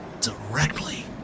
directly